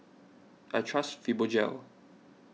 I trust Fibogel